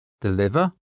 Deliver